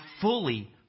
fully